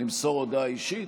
למסור הודעה אישית.